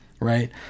right